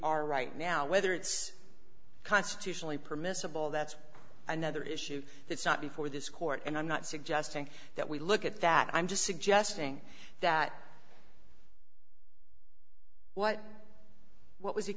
are right now whether it's constitutionally permissible that's another issue that's not before this court and i'm not suggesting that we look at that i'm just suggesting that what what was